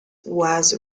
was